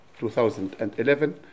2011